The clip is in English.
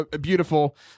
beautiful